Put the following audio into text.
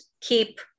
keep